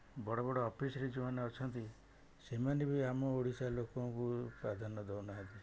ବଡ଼ ବଡ଼ ଅଫିସ୍ରେ ଯେଉଁମାନେ ଅଛନ୍ତି ସେମାନେ ଆମ ଓଡ଼ିଶା ଲୋକଙ୍କୁ ପ୍ରାଧାନ୍ୟ ଦେଉନାହାନ୍ତି